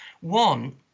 One